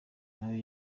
nayo